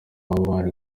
bari